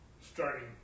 Starting